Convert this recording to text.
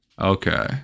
Okay